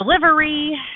delivery